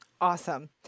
Awesome